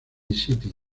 city